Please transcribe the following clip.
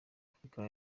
afurika